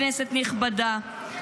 כנסת נכבדה,